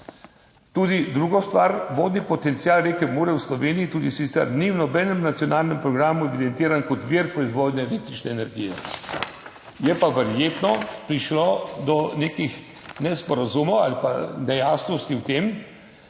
Tudi, druga stvar, vodni potencial reke Mure v Sloveniji tudi sicer ni v nobenem nacionalnem programu evidentiran kot vir proizvodnje električne energije. Je pa verjetno prišlo do nekih nesporazumov ali pa nejasnosti v tem,